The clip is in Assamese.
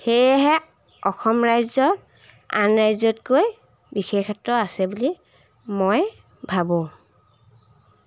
সেয়েহে অসম ৰাজ্যৰ আন ৰাজ্যতকৈ বিশেষত্ব আছে বুলি মই ভাবোঁ